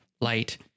light